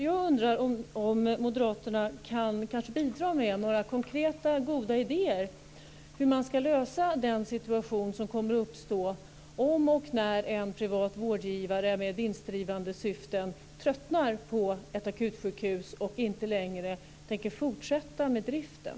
Jag undrar om Moderaterna kanske kan bidra med några konkreta goda idéer för hur man ska lösa den situation som kommer att uppstå om och när en privat vårdgivare med vinstdrivande syften tröttnar på ett akutsjukhus och inte längre tänker fortsätta driften.